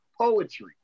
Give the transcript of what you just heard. Poetry